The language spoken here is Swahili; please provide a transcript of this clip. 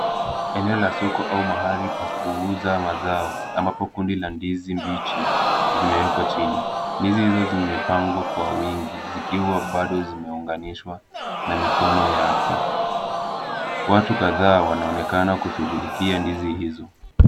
Eneo la soko au mahali pa kuuza mazao ambapo kundi la ndizi mbichi zimeekwa chini. Ndizi izo zimepangwa kwa wingi zikiwa bado zimeunganishwa na mikono yake. Watu kadhaa wanaonekana kushughulikia ndizi hizo.